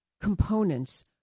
components